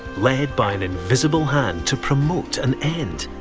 led by an invisible hand to promote an end,